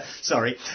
sorry